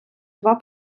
два